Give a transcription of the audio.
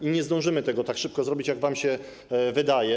I nie zdążymy tego tak szybko zrobić, jak wam się wydaje.